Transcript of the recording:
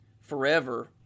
forever